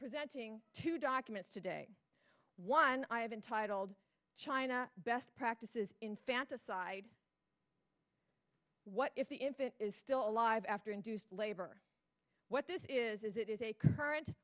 presenting two documents today one i have entitled china best practices infanticide what if the if it is still alive after induced labor what this is is it is a current